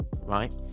right